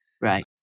Right